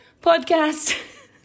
podcast